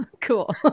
Cool